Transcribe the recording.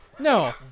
No